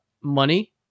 money